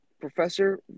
professor